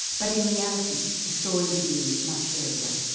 but in reality the story begins much earlier.